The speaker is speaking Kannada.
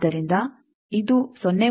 ಆದ್ದರಿಂದ ಇದು 0